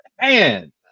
man